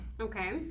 Okay